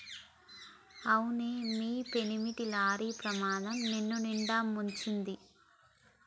అవునే మీ పెనిమిటి లారీ ప్రమాదం నిన్నునిండా ముంచింది